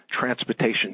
transportation